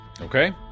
Okay